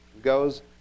goes